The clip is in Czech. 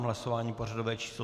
Hlasování pořadové číslo 126.